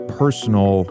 personal